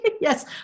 yes